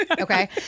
Okay